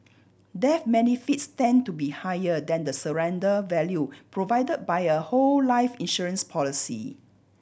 death benefits tend to be higher than the surrender value provided by a whole life insurance policy